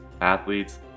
athletes